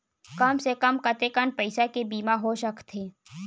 कम से कम कतेकन पईसा के बीमा हो सकथे?